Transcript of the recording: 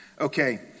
Okay